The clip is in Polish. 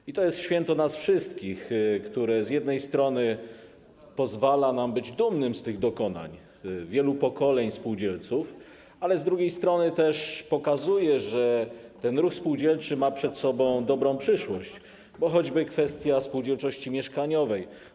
I to jest święto nas wszystkich, które z jednej strony pozwala nam być dumnymi z tych dokonań wielu pokoleń spółdzielców, ale z drugiej strony też pokazuje, że ten ruch spółdzielczy ma przed sobą dobrą przyszłość, bo jest choćby kwestia spółdzielczości mieszkaniowej.